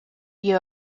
you